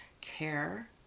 care